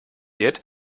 wird